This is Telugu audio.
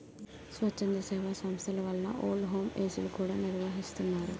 స్వచ్ఛంద సేవా సంస్థల వలన ఓల్డ్ హోమ్ ఏజ్ లు కూడా నిర్వహిస్తున్నారు